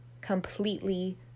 completely